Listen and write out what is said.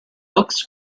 hooks